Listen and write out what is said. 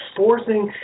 forcing